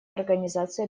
организации